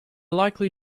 likely